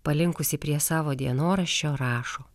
palinkusi prie savo dienoraščio rašo